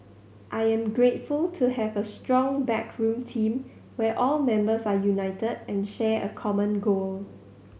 I am grateful to have a strong backroom team where all members are united and share a common goal